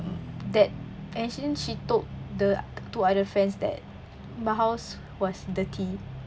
that and shouldn't she told the two other friends that my house was dirty